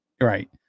Right